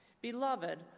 Beloved